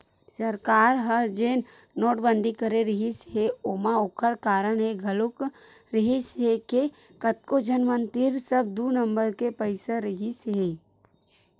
सरकार ह जेन नोटबंदी करे रिहिस हे ओमा ओखर कारन ये घलोक रिहिस हे के कतको झन मन तीर सब दू नंबर के पइसा रहिसे हे